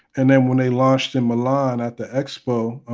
and then when they launched in milan at the expo,